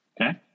Okay